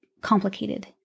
complicated